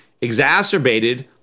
exacerbated